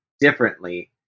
differently